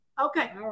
Okay